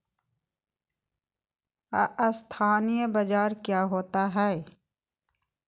अस्थानी बाजार क्या होता है?